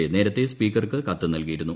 A നേരത്തെ സ്പീക്കർക്ക് കത്ത് നൽകിയിരുന്നു